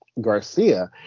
Garcia